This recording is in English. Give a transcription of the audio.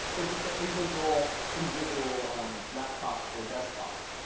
they're just at individual individual um laptops or desktops.